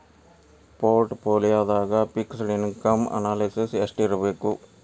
ಪೊರ್ಟ್ ಪೋಲಿಯೊದಾಗ fixed income analysis ಯೆಸ್ಟಿರ್ಬಕ್?